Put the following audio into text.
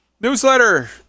Newsletter